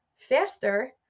faster